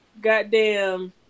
Goddamn